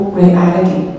reality